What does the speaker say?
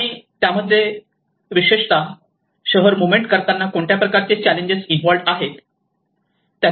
आणि त्यामध्ये आणि विशेषतः शहर मुव्हमेंट करताना कोणत्या प्रकारच्या चॅलेंजेस इन्व्हॉल्व्ह आहे